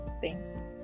Thanks